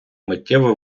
миттєво